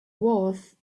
worth